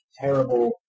terrible